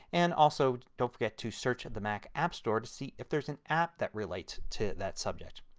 and also don't forget to search the mac app store to see if there is an app that relates to that subject.